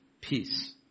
peace